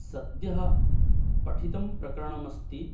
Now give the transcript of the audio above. सद्यः पठितं प्रकरणम् अस्ति